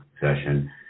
session